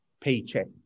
paycheck